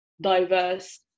diverse